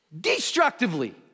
destructively